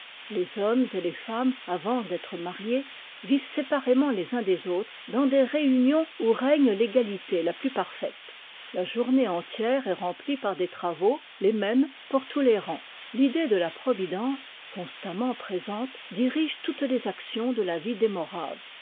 les hommes et les femmes avant d'être mariés vivent séparément les uns des autres dans des réunions où règne l'égalité la plus parfaite la journée entière est remplie par des travaux les mêmes pour tous les rangs l'idée de la providence constamment présente dirige toutes les actions de la vie des moraves